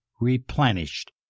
replenished